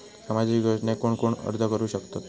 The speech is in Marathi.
सामाजिक योजनेक कोण कोण अर्ज करू शकतत?